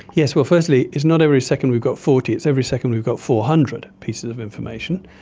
yes, well, firstly it's not every second we've got forty, it's every second we've got four hundred pieces of information,